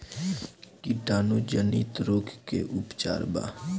कीटाणु जनित रोग के का उपचार बा?